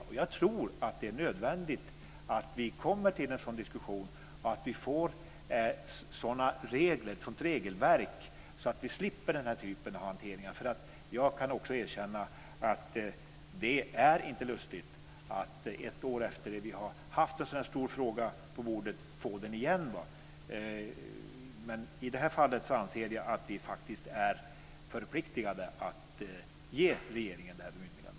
Jag tror att det är nödvändigt att vi har en sådan diskussion och att vi får ett sådant regelverk som gör att vi slipper den här typen av hantering. Jag kan också erkänna att det inte är lustigt att ett år efter det att vi har haft en stor fråga på bordet vi får den igen. I det här fallet anser jag att vi faktiskt är förpliktigade att ge regeringen det här bemyndigandet.